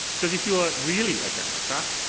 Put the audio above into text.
because, if you are really a democrat,